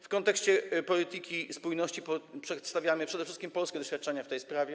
W kontekście polityki spójności przedstawiamy przede wszystkim polskie doświadczenia w tej sprawie.